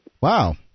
Wow